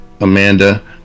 Amanda